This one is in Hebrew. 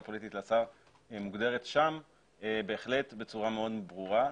פוליטית לשר מוגדרת שם בהחלט בצורה מאוד ברורה,